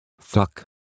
Fuck